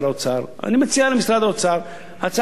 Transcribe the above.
אני מציע למשרד האוצר הצעה אלטרנטיבית: